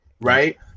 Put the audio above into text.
right